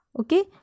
Okay